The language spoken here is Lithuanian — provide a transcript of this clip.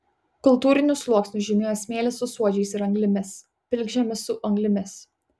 kultūrinius sluoksnius žymėjo smėlis su suodžiais ir anglimis pilkžemis su anglimis